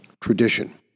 tradition